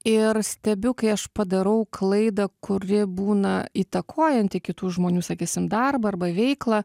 ir stebiu kai aš padarau klaidą kuri būna įtakojanti kitų žmonių sakysim darbą arba veiklą